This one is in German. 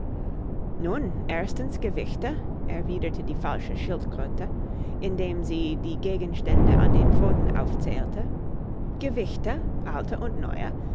nun erstens gewichte erwiederte die falsche schildkröte indem sie die gegenstände an den pfoten aufzählte gewichte alte und neue